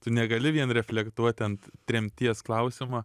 tu negali vien reflektuoti ant tremties klausiamo